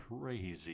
crazy